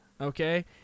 okay